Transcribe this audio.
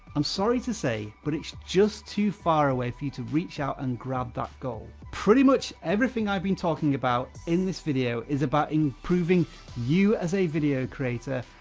i'm sorry to say, but it's just too far away for you to reach out and grab that goal. pretty much everything i've been talking about, in this video, is about improving you as a video creator,